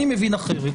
אני מבין אחרת.